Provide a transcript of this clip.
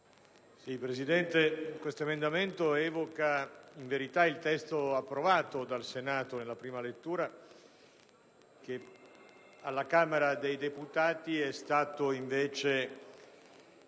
Presidente, l'emendamento 1.0.1 evoca, in verità, il testo approvato dal Senato nella prima lettura che alla Camera dei deputati è stato invece